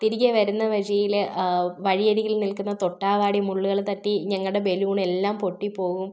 തിരികെ വരുന്ന വഴിയിൽ വഴിയരികിൽ നിൽക്കുന്ന തൊട്ടാവാടി മുള്ളുകൾ തട്ടി ഞങ്ങളുടെ ബലൂൺ എല്ലാം പൊട്ടിപ്പോവും